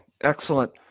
Excellent